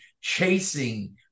chasing